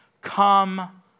Come